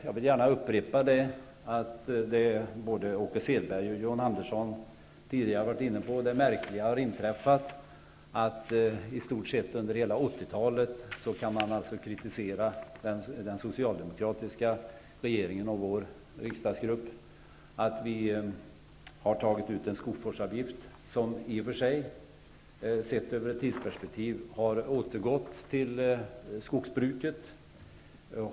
Jag vill gärna upprepa det som både Åke Selberg och John Andersson tidigare varit inne på, nämligen att det märkliga har inträffat att det har använts som ett medel i skogspolitiken att man kan kritisera den socialdemokratiska regeringen och vår riksdagsgrupp för att under i stort sett hela 1980-talet ha tagit ut en skogsvårdsavgift, som i och för sig sett över ett tidsperspektiv har återgått till skogsbruket.